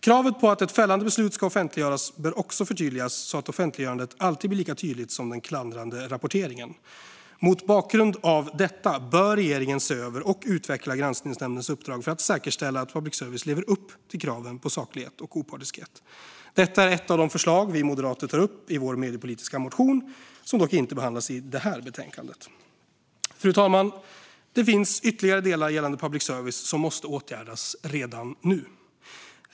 Kravet på att ett fällande beslut ska offentliggöras bör också förtydligas så att offentliggörandet alltid blir lika tydligt som den klandrande rapporteringen. Mot bakgrund av detta bör regeringen se över och utveckla granskningsnämndens uppdrag för att säkerställa att public service lever upp till kraven på saklighet och opartiskhet. Detta är ett av de förslag vi moderater tar upp i vår mediepolitiska motion, som dock inte behandlas i detta betänkande. Fru talman! Det finns ytterligare delar gällande public service som måste åtgärdas redan nu.